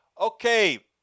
Okay